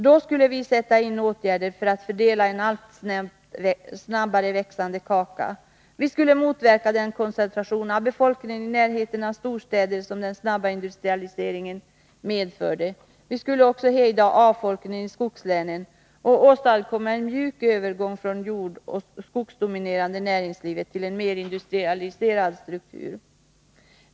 Då skulle vi sätta in åtgärder för att fördela en allt snabbare växande kaka. Vi skulle motverka den koncentration av befolkningen i närheten av storstäder som den snabba industrialiseringen medförde. Vi skulle också hejda avfolkningen i skogslänen och åstadkomma en mjuk övergång från det jordoch skogsdominerade näringslivet till en mer industrialiserad struktur.